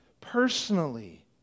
personally